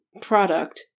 product